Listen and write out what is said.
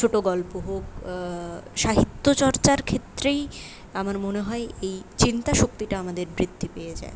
ছোটো গল্প হোক সাহিত্য চর্চার ক্ষেত্রেই আমার মনে হয় এই চিন্তাশক্তিটা আমাদের বৃদ্ধি পেয়ে যায়